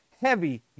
heavy